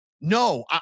no